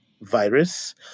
virus